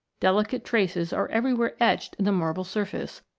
delicate traces are every where etched in the marble surface,